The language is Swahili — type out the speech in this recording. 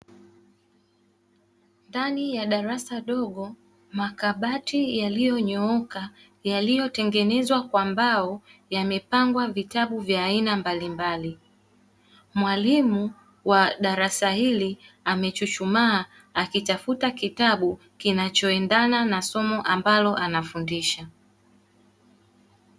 Ndani ya darasa dogo makabati yaliyonyooka yaliyotengenezwa kwa mbao yamepangwa vitabu vya aina mbalimbali, mwalimu wa darasa hili amechuchumaa akitafuta kitabu kinachoendana na somo ambalo anafundisha